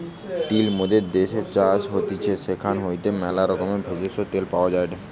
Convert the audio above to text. তিল মোদের দ্যাশের চাষ হতিছে সেখান হইতে ম্যালা রকমের ভেষজ, তেল পাওয়া যায়টে